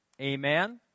Amen